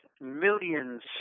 millions